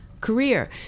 career